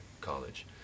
college